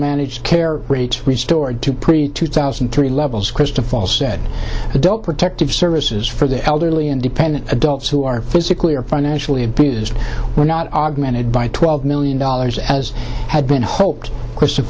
managed care rate restored to pretty two thousand and three levels krista falls said adult protective services for the elderly independent adults who are physically or financially abused were not augmented by twelve million dollars as had been hoped c